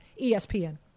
ESPN